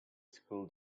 school